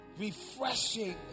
refreshing